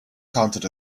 counted